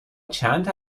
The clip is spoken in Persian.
چند